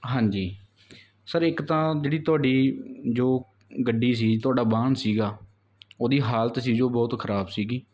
ਹਾਂਜੀ ਸਰ ਇੱਕ ਤਾਂ ਜਿਹੜੀ ਤੁਹਾਡੀ ਜੋ ਗੱਡੀ ਸੀ ਤੁਹਾਡਾ ਵਾਹਨ ਸੀਗਾ ਉਹਦੀ ਹਾਲਤ ਸੀ ਜੋ ਬਹੁਤ ਖ਼ਰਾਬ ਸੀਗੀ